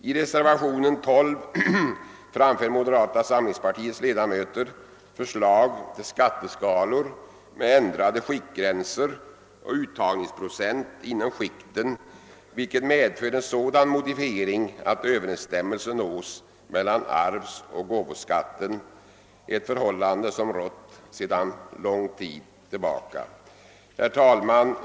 I reservationen 12 framför moderata samlingspartiets ledamöter förslag till skatteskalor med ändrade skiktgränser och uttagningsprocent inom skikten, vilket medför att överensstämmelse nås mellan arvsoch gåvoskatten, ett förhållande som rått sedan lång tid tillbaka. Herr talman!